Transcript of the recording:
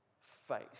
faith